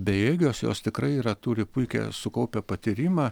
bejėgės jos tikrai yra turi puikią sukaupę patyrimą